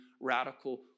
radical